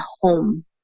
home